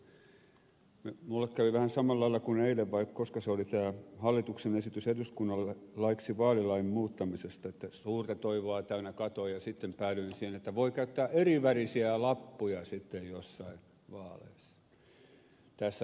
minulle kävi vähän samalla lailla kuin eilen vai koska se oli tälle hallituksen esitykselle eduskunnalle laiksi vaalilain muuttamisesta että suurta toivoa täynnä katsoin ja sitten päädyin siihen että voi käyttää erivärisiä lappuja sitten joissain vaaleissa